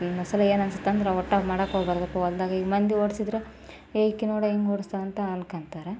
ಒಂದೊಂದು ಸಲ ಏನನ್ಸುತ್ತಂದ್ರೆ ಒಟ್ಟಾಗಿ ಮಾಡ್ಕೊಳ್ಬಾರ್ದಪ್ಪ ಹೊಲ್ದಾಗ ಈಗ ಮಂದಿ ಓಡಿಸಿದ್ರೆ ಈಕೆ ನೋಡೋ ಹೆಂಗೆ ಓಡಿಸ್ತಾಳಂತ ಅದಕ್ಕಂತಾರ